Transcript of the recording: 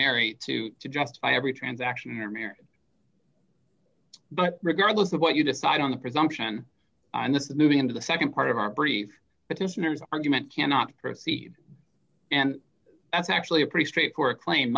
married to justify every transaction or marriage but regardless of what you decide on the presumption and it's moving into the nd part of our brief petitioners argument cannot proceed and that's actually a pretty straightforward claim